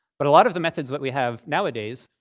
but a lot of the methods that we have nowadays,